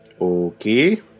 Okay